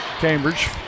Cambridge